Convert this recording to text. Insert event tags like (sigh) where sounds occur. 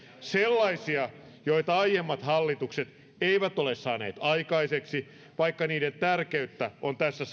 sellaisia joita aiemmat hallitukset eivät ole saaneet aikaiseksi vaikka niiden tärkeyttä on tässä (unintelligible)